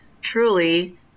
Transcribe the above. truly